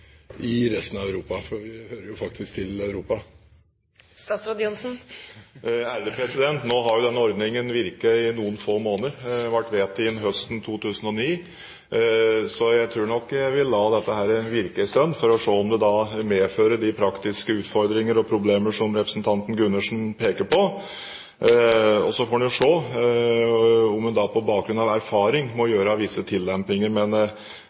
i resten av Europa. For vi hører jo faktisk til Europa! Nå har jo denne ordningen virket i noen få måneder – den ble vedtatt høsten 2009 – så jeg tror nok jeg vil la dette virke en stund for å se om det medfører de praktiske utfordringer og problemer som representanten Gundersen peker på. Så får en se om en på bakgrunn av erfaring må gjøre visse tillempinger, men